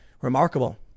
Remarkable